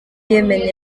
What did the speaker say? yemen